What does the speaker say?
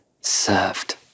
served